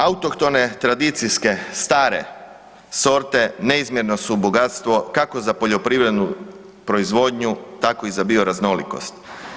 Autohtone tradicijske stare sorte neizmjereno su bogatstvo kako sa za poljoprivrednu proizvodnju tako i za bioraznolikost.